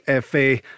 FA